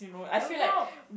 I would now